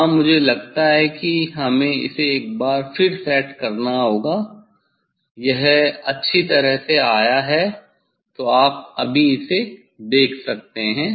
हाँ मुझे लगता है कि हमें इसे एक बार फिर सेट करना होगा यह अच्छी तरह से आया है तो आप अभी इसे देख सकते हैं